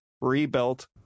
rebuilt